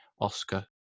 Oscar